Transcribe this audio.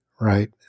right